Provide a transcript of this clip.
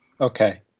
Okay